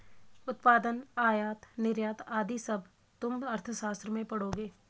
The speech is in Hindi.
उत्पादन, आयात निर्यात आदि सब तुम अर्थशास्त्र में पढ़ोगे